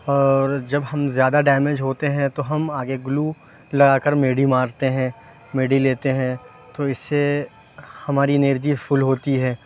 اور جب ہم زیادہ ڈیمیج ہوتے ہیں تو ہم آگے گلو لگا کر میڈی مارتے ہیں میڈی لیتے ہیں تو اس سے ہماری انرجی فل ہوتی ہے